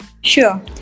sure